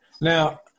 Now